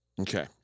Okay